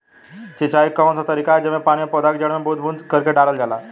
सिंचाई क कउन सा तरीका ह जेम्मे पानी और पौधा क जड़ में बूंद बूंद करके डालल जाला?